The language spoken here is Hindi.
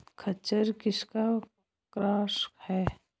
खच्चर किसका क्रास है?